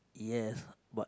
yes but